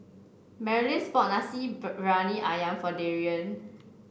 Marlys bought Nasi Briyani ayam for Darrian